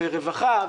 ורווחה,